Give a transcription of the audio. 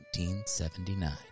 1979